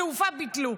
תעופה ביטלו.